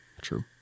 true